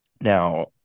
Now